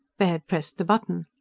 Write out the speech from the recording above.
baird pressed the button.